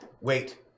Wait